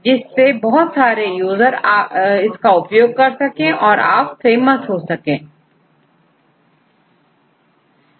जिससे बहुत सारे यूज़र उसे उपयोग कर सकें और आप फेमस हो जाएं